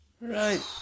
Right